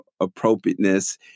appropriateness